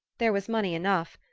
there was money enough.